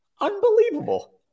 Unbelievable